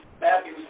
Matthew